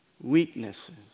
weaknesses